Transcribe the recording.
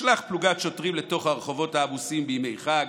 אשלח פלוגת שוטרים לתוך הרחובות העמוסים בימי חג,